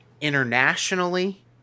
Internationally